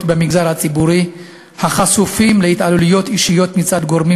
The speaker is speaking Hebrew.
במגזר הציבורי החשופים להתעללויות אישיות מצד גורמים